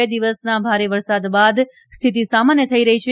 બે દિવસના ભારે વરસાદ બાદ સ્થિતિ સામાન્ય થઈ રહી છે